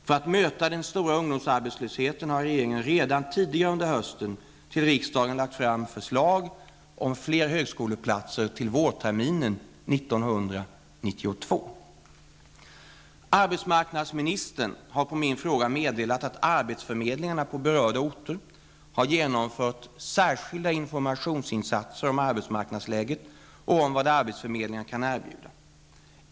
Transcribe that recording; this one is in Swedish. För att möta den stora ungdomsarbetslösheten har regeringen redan tidigare under hösten för riksdagen lagt fram förslag om flera högskoleplatser till vårterminen 1992. Arbetsmarknadsministern har på min fråga meddelat att arbetsförmedlingarna på berörda orter har genomfört särskilda informationsinsatser om arbetsmarknadsläget och om vad arbetsförmedlingarna kan erbjuda.